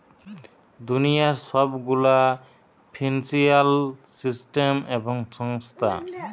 দুনিয়ার সব গুলা ফিন্সিয়াল সিস্টেম এবং সংস্থা